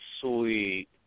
sweet